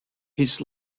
his